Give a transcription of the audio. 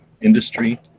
industry